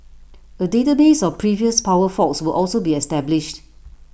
A database of previous power faults will also be established